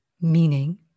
Meaning